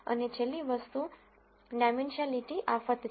અને છેલ્લી વસ્તુ ડાઇમેનશિઆલીટી આફત છે